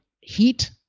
heat